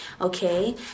okay